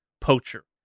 Poacher